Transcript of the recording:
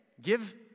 give